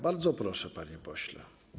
Bardzo proszę, panie pośle.